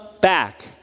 back